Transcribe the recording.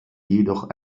jedoch